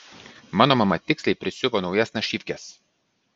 mano mama tiksliai prisiuvo naujas našyvkes